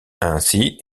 ainsi